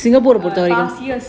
err past years